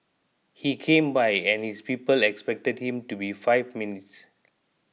he came by and his people expected him to be five minutes